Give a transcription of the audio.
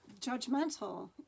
judgmental